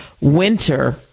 winter